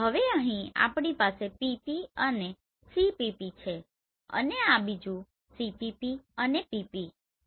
હવે અહીં આપણી પાસે PP અને CPP છે અને આ બીજું CPP અને PP છે